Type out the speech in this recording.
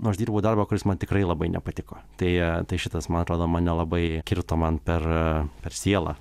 nu aš dirbau darbą kuris man tikrai labai nepatiko tai tai šitas man atrodo mane labai kirto man per per sielą